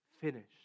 finished